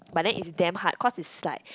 but then is damn hard cause it's like